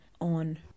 on